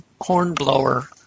Hornblower